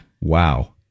Wow